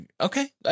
okay